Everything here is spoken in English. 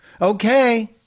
Okay